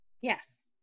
Yes